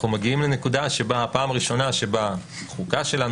אנו מגיעים לנקודה שבה בראשונה בחוקה שלנו,